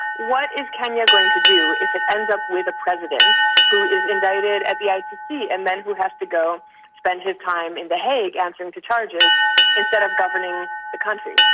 what is kenya going to do if it ends up with a president who is indicted at the icc and then who has to go spend his time in the hague, answering to charges instead of governing the country?